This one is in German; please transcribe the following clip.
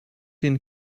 den